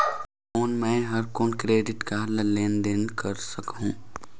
कौन मैं ह मोर क्रेडिट कारड ले लेनदेन कर सकहुं?